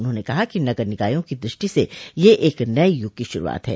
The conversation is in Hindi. उन्होंने कहा कि नगर निकायों की दृष्टि से यह एक नये युग की शुरूआत है